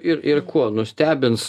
ir ir kuo nustebins